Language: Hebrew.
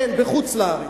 כן, בחוץ-לארץ.